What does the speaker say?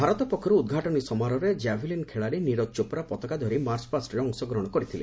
ଭାରତ ପକ୍ଷରୁ ଉଦ୍ଘାଟନୀ ସମାରୋହରେ କାଭେଲିନ୍ ଖେଳାଳି ନିରଜ ଚୋପ୍ରା ପତାକା ଧରି ମାର୍ଚ୍ଚା ପାଷ୍ଟରେ ଅଂଶଗ୍ରହଣ କରିଥିଲେ